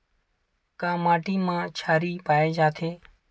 का माटी मा क्षारीय पाए जाथे?